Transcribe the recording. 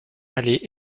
aller